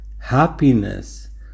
Happiness